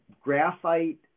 graphite